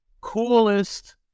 coolest